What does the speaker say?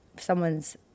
someone's